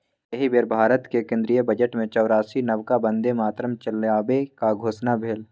एहि बेर भारतक केंद्रीय बजटमे चारिसौ नबका बन्दे भारत चलेबाक घोषणा भेल